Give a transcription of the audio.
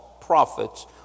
prophets